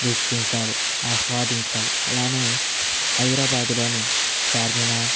వీక్షించాలి ఆస్వాదించాలి అలానే హైదరాబాదులోని చార్మినార్